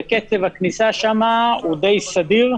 וקצב הכניסה לשם הוא די סדיר,